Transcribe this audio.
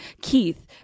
Keith